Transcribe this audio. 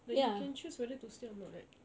but they can choose whether to stay or not like